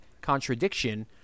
contradiction